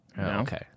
Okay